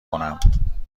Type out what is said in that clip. کنم